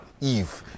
Eve